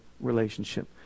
relationship